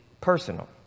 personal